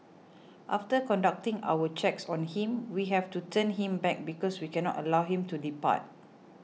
after conducting our checks on him we have to turn him back because we cannot allow him to depart